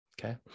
okay